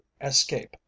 escape